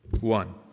One